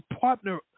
partner